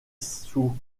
sous